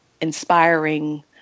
inspiring